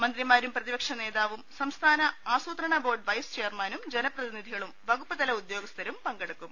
മന്ത്രി മാരും പ്രതിപക്ഷ നേതാവും സംസ്ഥാന ആസൂത്രണ ബോർഡ് വൈസ് ചെയർമാനും ജനപ്രതിനിധികളും വകുപ്പുതല ഉദ്യോഗ സ്ഥരും പങ്കെടുക്കും